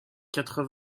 quatre